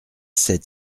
sept